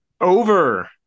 Over